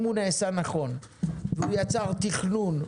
אם הוא נעשה נכון והוא יצר תכנון,